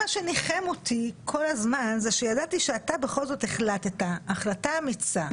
מה שניחם אותי כל הזמן זה שידעתי שאתה בכל זאת החלטת החלטה אמיצה,